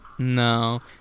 No